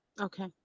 Okay